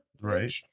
right